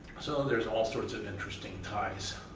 so there's all sorts of interesting ties.